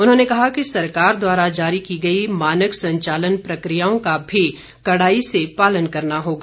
उन्होंने कहा कि सरकार द्वारा जारी की गई मानक संचालन प्रकियाओं का भी कड़ाई से पालन करना होगा